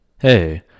Hey